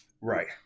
Right